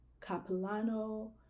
Capilano